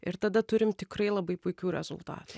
ir tada turim tikrai labai puikių rezultatų